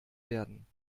werden